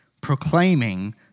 proclaiming